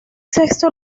sexto